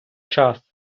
час